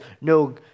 No